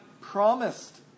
promised